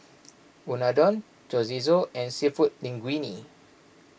Unadon Chorizo and Seafood Linguine